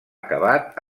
acabat